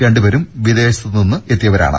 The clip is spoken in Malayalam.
രണ്ട് പേരും വിദേശത്തുനിന്ന് എത്തിയവരാണ്